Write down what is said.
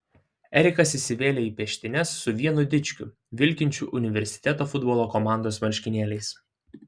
erikas įsivėlė į peštynes su vienu dičkiu vilkinčiu universiteto futbolo komandos marškinėliais